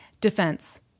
Defense